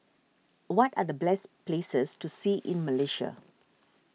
what are the bless places to see in Malaysia